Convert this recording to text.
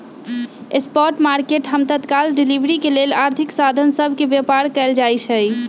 spot market हम तत्काल delivery के लेल आर्थिक साधन सभ के व्यापार कयल जाइ छइ